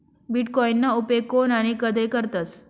बीटकॉईनना उपेग कोन आणि कधय करतस